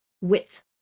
width